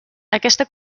aquesta